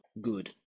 good